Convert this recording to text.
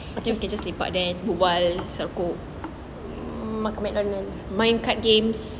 okay okay just lepak there berbual sell com main card games